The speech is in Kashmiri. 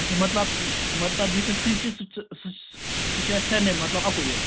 مطلب یہِ مطلب یُس اَسہِ سنک چھِ سُہ چھِ اَسہِ سارِنٕے مطلب اَکُے حظ